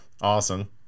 awesome